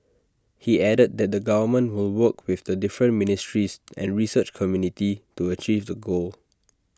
he added that the government will work with the different ministries and research community to achieve the goal